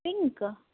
pink